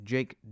Jake